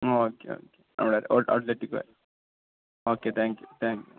ആ okay okay അവിടെ ഔട്ടലെറ്റി പോയാൽ okay thank you thank you